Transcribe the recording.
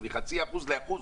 זה מחצי אחוז לאחוז.